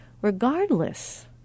regardless